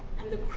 and the crew,